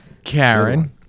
Karen